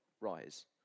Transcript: rise